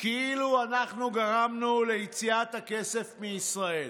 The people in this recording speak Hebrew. כאילו אנחנו גרמנו ליציאת הכסף מישראל,